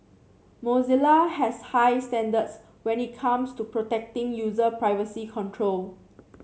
Mozilla has high standards when it comes to protecting user privacy control